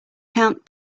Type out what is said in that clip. count